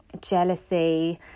jealousy